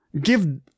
give